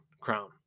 crown